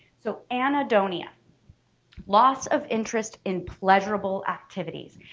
so anhedonia loss of interest in pleasurable activities.